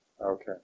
Okay